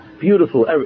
Beautiful